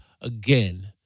Again